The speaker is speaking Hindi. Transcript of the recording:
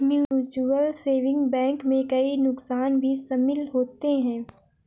म्यूचुअल सेविंग बैंक में कई नुकसान भी शमिल होते है